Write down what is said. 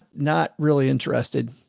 not really interested.